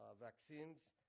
vaccines